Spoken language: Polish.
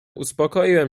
uspokoiłem